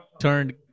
turned